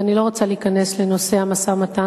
ואני לא רוצה להיכנס לנושא המשא-ומתן,